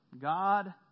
God